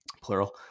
plural